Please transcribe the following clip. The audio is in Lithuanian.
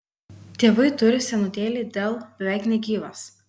tėvai turi senutėlį dell beveik negyvas